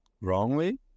wrongly